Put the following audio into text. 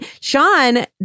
Sean